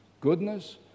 goodness